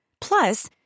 plus